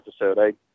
episode